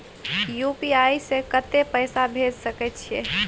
UPI से कत्ते पैसा भेज सके छियै?